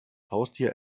haustier